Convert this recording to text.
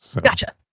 Gotcha